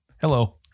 Hello